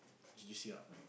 juicy or not